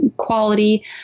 quality